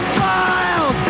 wild